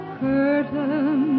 curtain